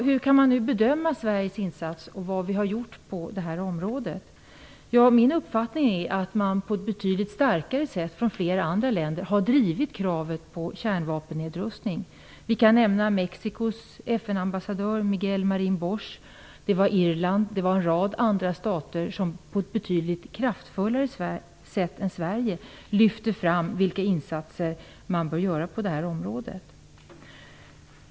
Hur kan man nu bedöma Sveriges insats och vad vi har gjort på det här området? Min uppfattning är att man på ett betydligt starkare sätt från flera andra länders sida har drivit kravet på kärnvapennedrustning. Jag kan nämna Mexicos FN ambassadör Miguel Marin Bosch. Också Irland och en rad andra stater lyfte betydligt kraftfullare än Sverige fram de insatser som bör göras på det här området.